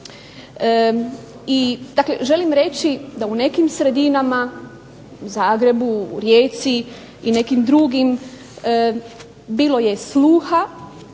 Dakle želim reći da u nekim sredinama, u Zagrebu, u Rijeci i nekim drugim bilo je sluha,